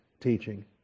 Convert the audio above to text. teaching